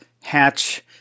hatch